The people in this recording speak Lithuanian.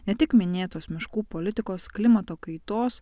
ne tik minėtos miškų politikos klimato kaitos